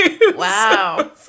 Wow